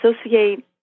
associate